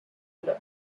below